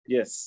Yes